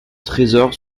trésor